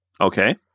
Okay